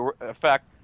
effect